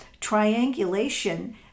triangulation